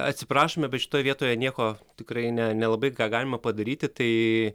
atsiprašome bet šitoje vietoje nieko tikrai ne nelabai ką galima padaryti tai